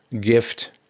gift